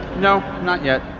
no, not yet.